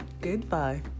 goodbye